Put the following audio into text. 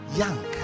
young